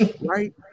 Right